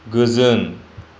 गोजोन